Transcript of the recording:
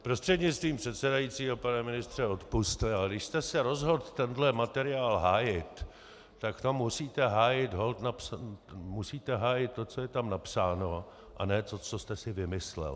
Prostřednictvím předsedajícího pane ministře odpusťte, ale když jste se rozhodl tenhle materiál hájit, tak holt musíte hájit to, co je tam napsáno, a ne to, co jste si vymyslel.